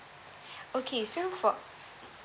okay so for